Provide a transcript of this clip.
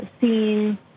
seen